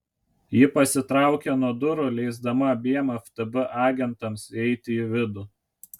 ji pasitraukė nuo durų leisdama abiem ftb agentams įeiti į vidų